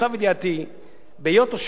בהיות תושבי החוץ תושבי חוץ